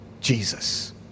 Jesus